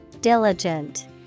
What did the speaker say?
Diligent